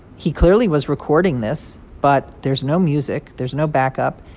he clearly was recording this. but there's no music. there's no backup,